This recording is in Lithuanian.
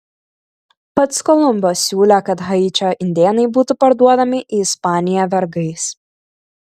pats kolumbas siūlė kad haičio indėnai būtų parduodami į ispaniją vergais